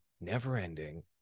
never-ending